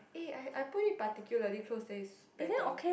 eh I I put it particularly close then it's better